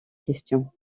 question